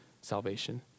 salvation